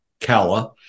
Kala